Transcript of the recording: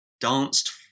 danced